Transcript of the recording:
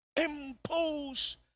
impose